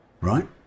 Right